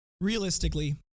Realistically